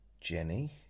Jenny